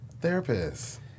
therapist